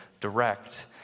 direct